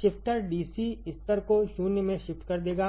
shifter DC स्तर को 0 में शिफ्ट कर देगा